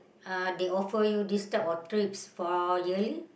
uh they offer you these type of trips for yearly